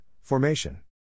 Formation